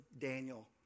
Daniel